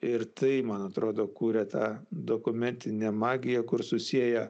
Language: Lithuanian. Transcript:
ir tai man atrodo kuria tą dokumentinę magiją kur susieja